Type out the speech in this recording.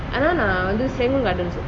ஆனா நான் வந்து:aana naan vanthu semi condense